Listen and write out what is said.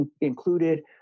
included